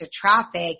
traffic